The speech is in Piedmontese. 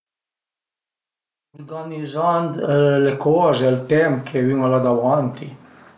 Urganizand le coze, ël temp che ün al a davanti